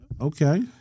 Okay